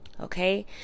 okay